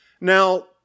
Now